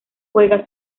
juega